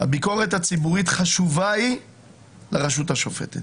"הביקורת הציבורית חשובה היא לרשות השופטת.